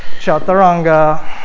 Chaturanga